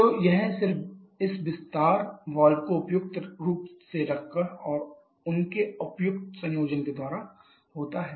तो यह सिर्फ इस विस्तार वाल्व को उपयुक्त रूप से रखकर और उनके उपयुक्त संयोजन के द्वारा होता है